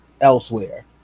elsewhere